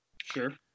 sure